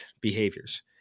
behaviors